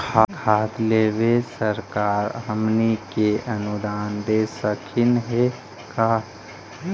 खाद लेबे सरकार हमनी के अनुदान दे सकखिन हे का?